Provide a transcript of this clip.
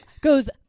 goes